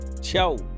Ciao